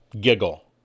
giggle